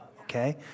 okay